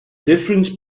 difference